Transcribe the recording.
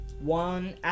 One